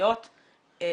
המשפטיות משתנות.